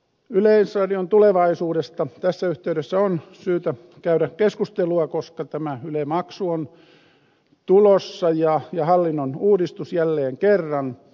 yleisradion tulevaisuudesta tässä yhteydessä on syytä käydä keskustelua koska tämä yle maksu on tulossa ja hallinnon uudistus jälleen kerran